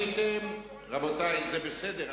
רבותי, זה בסדר.